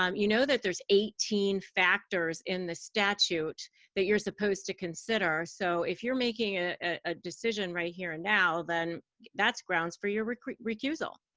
um you know that there's eighteen factors in the statute that you're supposed to consider. so if you're making a ah decision right here and now, then that's grounds for your recusal.